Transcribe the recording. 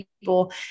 people